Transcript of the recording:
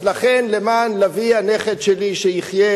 אז לכן, למען לביא, הנכד שלי שיחיה,